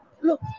Look